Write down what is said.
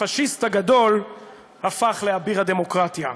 הפאשיסט הגדול הפך לאביר הדמוקרטיה.